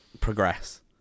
progress